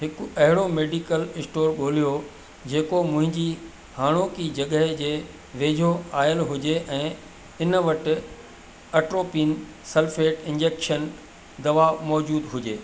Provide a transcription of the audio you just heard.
हिक अहिड़ो medical store ॻोल्हियो जेको मुंहिंजी हाणोकि जॻह जे वेझो आयल हुजे ऐं इन वटि अट्रोपीन सलफे़ट इंजेक्शन दवा मौज़ूदु हुजे